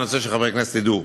אני רוצה שחברי הכנסת ידעו,